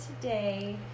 today